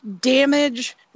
damage